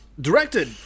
Directed